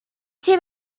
see